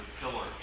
pillars